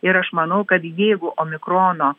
ir aš manau kad jeigu omikrono